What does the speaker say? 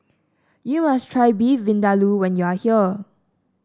you must try Beef Vindaloo when you are here